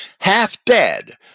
half-dead